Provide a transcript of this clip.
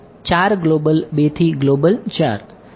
વિદ્યાર્થી તે પ્લસ નાનું હશે